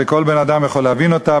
וכל בן-אדם יכול להבין אותה,